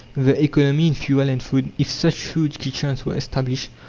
the economy in fuel and food, if such huge kitchens were established,